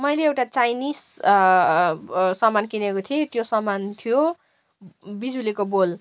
मैले एउटा चाइनिस सामान किनेको थिएँ त्यो सामान थियो बिजुलीको बल्ब